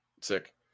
Sick